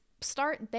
start